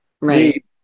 Right